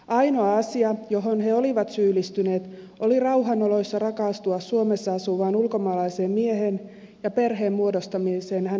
ainoa asia johon he olivat syyllistyneet oli rauhan oloissa rakastua suomessa asuvaan ulkomaalaiseen mieheen ja muodostaa perhe hänen kanssaan